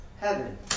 Heaven